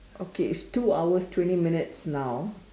okay it's two hours twenty minutes now